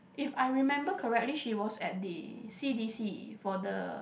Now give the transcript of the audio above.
if I remember correctly she was at the C_D_C for the